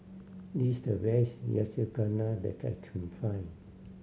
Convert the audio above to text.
this is the best Yakizakana that I can find